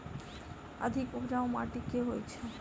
अधिक उपजाउ माटि केँ होइ छै?